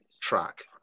track